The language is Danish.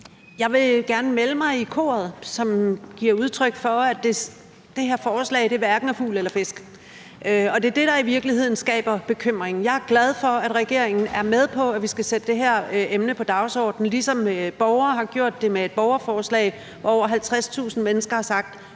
Jeg vil gerne melde mig i koret, som giver udtryk for, at det her forslag hverken er fugl eller fisk. Det er det, der i virkeligheden skaber bekymringen. Jeg er glad for, at regeringen er med på, at vi skal sætte det her emne på dagsordenen, ligesom borgere har gjort det med et borgerforslag, hvor over 50.000 mennesker har sagt,